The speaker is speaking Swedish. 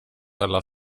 alla